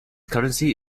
currency